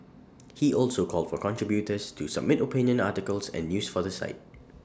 he also called for contributors to submit opinion articles and news for the site